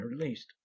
released